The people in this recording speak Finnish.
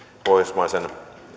pohjoismaisen